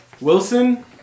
Wilson